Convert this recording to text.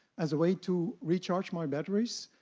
as a way to recharge my batteries.